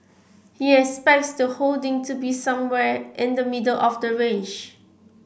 he expects the holding to be somewhere in the middle of the range